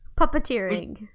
Puppeteering